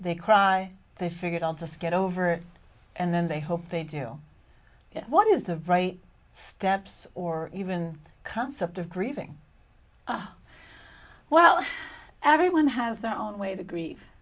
they cry they figured i'll just get over it and then they hope they do what is the right steps or even the concept of grieving well everyone has their own way to grieve